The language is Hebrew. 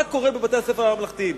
מה קורה בבתי-הספר הממלכתיים?